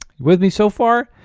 with me so far?